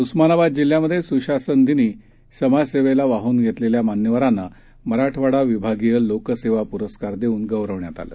उस्मानाबाद जिल्ह्यात स्शासन दिनी समाजसेवेला वाहन घेतलेल्या मान्यवरांना मराठवाडा विभागीय लोकसेवा प्रस्कार देऊन गौरवण्यात आलं